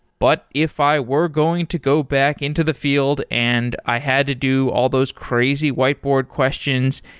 but if i were going to go back into the field and i had to do all those crazy whiteboard questions,